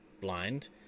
blind